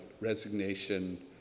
resignation